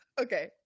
Okay